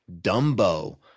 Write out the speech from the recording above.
Dumbo